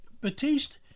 Batiste